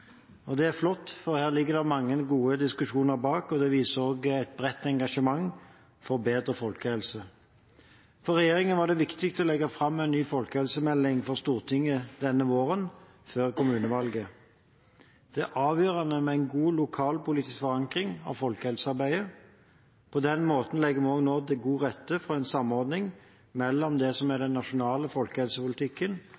meldingen. Det er flott, for her ligger det mange gode diskusjoner bak, og det viser også et bredt engasjement for bedre folkehelse. For regjeringen var det viktig å legge fram en ny folkehelsemelding for Stortinget denne våren, før kommunevalget. Det er avgjørende med god lokalpolitisk forankring av folkehelsearbeidet. På den måten legger vi godt til rette for samordning mellom den nasjonale folkehelsepolitikken